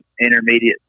intermediate